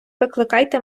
викликайте